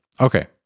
Okay